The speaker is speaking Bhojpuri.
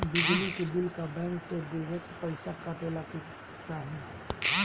बिजली के बिल का बैंक से डिरेक्ट पइसा कटेला की नाहीं?